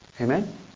Amen